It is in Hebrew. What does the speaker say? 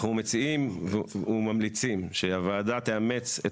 אנחנו מציעים וממליצים שהוועדה תאמץ את